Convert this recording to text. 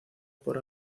por